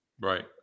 Right